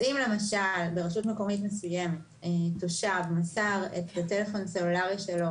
אם למשל ברשות מקומית מסוימת תושב מסר את פרטי הטלפון הסלולרי שלו